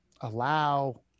allow